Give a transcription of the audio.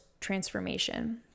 transformation